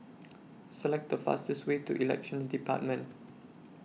Select The fastest Way to Elections department